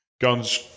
Guns